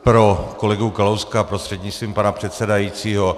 Pro kolegu Kalouska prostřednictvím pana předsedajícího.